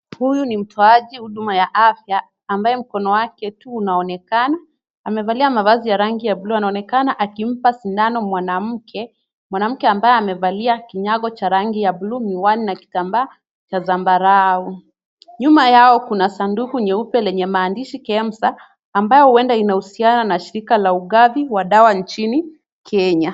Huyu ni mtoaji huduma ya afya, ambaye mkono wake tu unaonekana. Amevalia mavazi ya rangi ya bluu. Anaonekana akimpa sindano mwanamke, mwanamke ambaye amevalia kinyago cha rangi ya bluu, miwani na kitambaa cha zambarau. Nyuma yao kuna sanduku nyeupe lenye maandishi Kemsa, ambayo huenda inahusiana na shirika la ugavi wa dawa nchini Kenya.